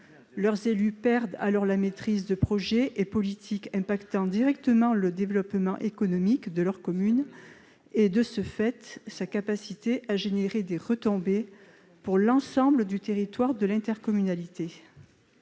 leurs élus perdent alors la maîtrise de projet et politiques impactant directement le développement économique de leur commune, et de ce fait, sa capacité à générer des retombées pour l'ensemble du territoire de l'intercommunalité,